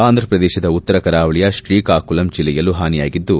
ಆಂಧ್ರಪ್ರದೇಶದ ಉತ್ತರ ಕರಾವಳಿಯ ಶ್ರೀಕಾಕುಲಂ ಜಲ್ಲೆಯಲ್ಲೂ ಹಾನಿಯಾಗಿದ್ದು